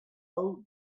hau